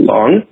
Long